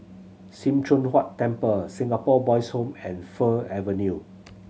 Sim Choon Huat Temple Singapore Boys' Home and Fir Avenue